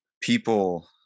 people